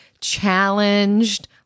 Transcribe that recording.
challenged